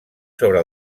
sobre